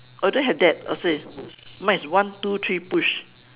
oh you don't have that oh same mine is one two three push